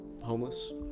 homeless